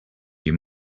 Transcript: you